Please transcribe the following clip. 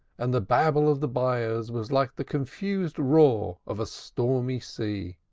and the babble of the buyers was like the confused roar of a stormy sea.